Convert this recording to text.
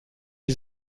die